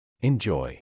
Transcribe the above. enjoy